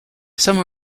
some